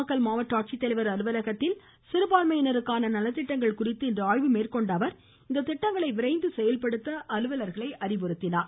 நாமக்கல் மாவட்ட ஆட்சித்தலைவர் அலுவலகத்தில் சிறுபான்மையினருக்கான நலத்திட்டங்கள் குறித்து இன்று ஆய்வு மேற்கொண்ட அவர் இத்திட்டங்களை விரைந்து செயல்படுத்த அலுவலர்களை அறிவுறுத்தினார்